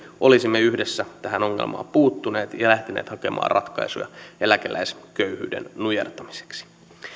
olisimme yhdessä tähän ongelmaan puuttuneet ja lähteneet hakemaan ratkaisuja eläkeläisköyhyyden nujertamiseksi